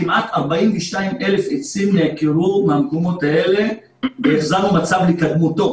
כמעט 42,000 עצים נעקרו מהמקומות האלה והחזרנו מצב לקדמותו.